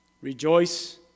Rejoice